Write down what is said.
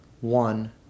One